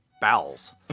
bowels